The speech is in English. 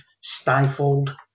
stifled